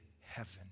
heaven